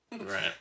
right